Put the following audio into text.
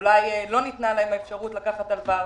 שאולי לא ניתנה להם האפשרות לקחת הלוואה,